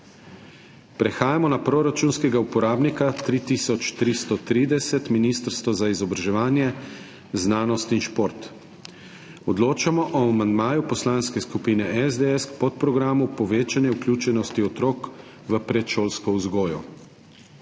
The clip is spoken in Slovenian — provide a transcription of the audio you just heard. Prehajamo na proračunskega uporabnika 3330 Ministrstvo za izobraževanje, znanost in šport. Odločamo o amandmaju Poslanske skupine SDS k podprogramu Povečanje vključenosti otrok v predšolsko vzgojo.